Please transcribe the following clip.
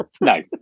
No